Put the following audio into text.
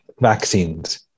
vaccines